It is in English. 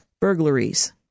burglaries